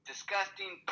disgusting